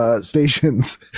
Stations